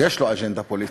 יש לו אג'נדה פוליטית,